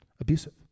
Abusive